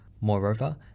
Moreover